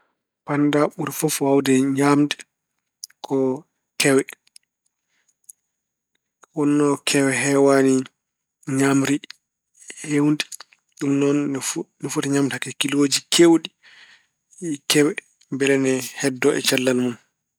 Pannda ɓuri fof waawde ñaamde ko kewe. Wonno kewe heewaani ñaamri heewndi ɗum noon ine fo- foti ñaamde hakke kilooji keewɗi kewe mbele ne heddoo e cellal mun.